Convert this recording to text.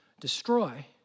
destroy